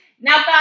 now